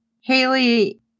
Haley